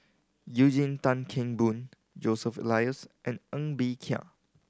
Eugene Tan Kheng Boon Joseph Elias and Ng Bee Kia